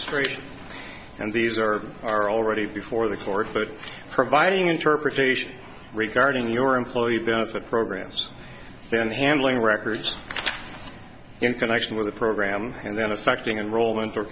either and these are are already before the court food providing interpretation regarding your employee benefit programs and handling records in connection with the program and then affecting enroll